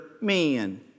men